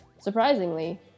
Surprisingly